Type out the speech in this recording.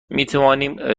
میتوانیم